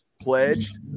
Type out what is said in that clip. pledged